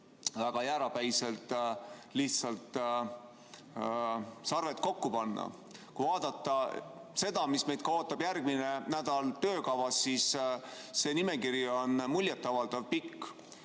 väga jäärapäiselt lihtsalt sarved kokku panna. Kui vaadata seda, mis meid ootab ka järgmise nädala töökavas, siis see nimekiri on muljet avaldavalt pikk.